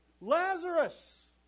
Lazarus